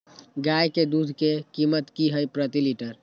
गाय के दूध के कीमत की हई प्रति लिटर?